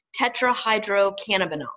tetrahydrocannabinol